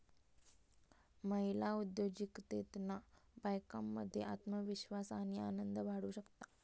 महिला उद्योजिकतेतना बायकांमध्ये आत्मविश्वास आणि आनंद वाढू शकता